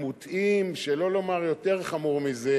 המוטעים, שלא לומר יותר חמור מזה,